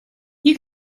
you